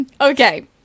Okay